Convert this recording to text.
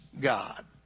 God